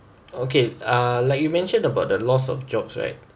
okay uh like you mentioned about the loss of jobs right